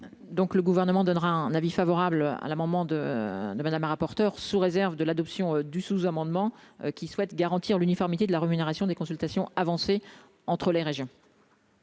Donc le gouvernement donnera un avis favorable à la maman de de Madame, la rapporteure, sous réserve de l'adoption du sous-amendement qui souhaitent garantir l'uniformité de la rémunération des consultations avancées entre les régions.